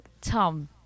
Tom